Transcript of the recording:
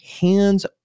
hands